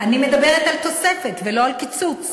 אני מדברת על תוספת ולא על קיצוץ.